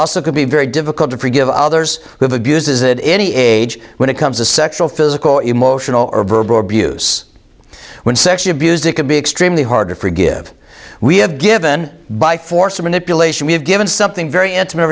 also could be very difficult to forgive others who abuses it any age when it comes to sexual physical emotional or verbal abuse when sexual abuse it can be extremely hard to forgive we have given by force manipulation we have given something very intimate